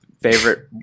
Favorite